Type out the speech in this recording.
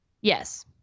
Yes